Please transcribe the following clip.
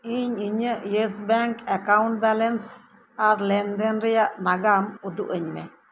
ᱤᱧ ᱤᱧᱟᱹᱜ Yes Bank account balance ᱟᱨ ᱞᱮᱱᱫᱮᱱ ᱨᱮᱭᱟᱜ ᱱᱟᱜᱟᱢ ᱩᱫᱩᱜ ᱟᱹᱧ ᱢᱮ